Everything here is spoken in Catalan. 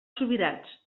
subirats